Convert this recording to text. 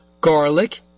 garlic